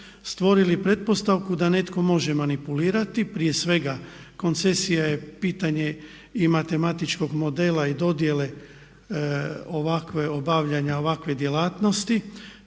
stvorili pretpostavku da netko može manipulirati. Prije svega koncesija je pitanje i matematičkog modela i dodjele ovakve, obavljanja ovakve djelatnosti.